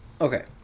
Okay